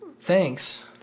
Thanks